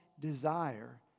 desire